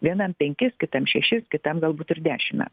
vienam penkis kitam šešis kitam galbūt ir dešim me